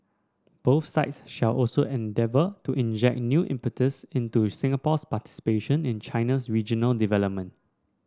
both sides shall also endeavour to inject new impetus into Singapore's participation in China's regional development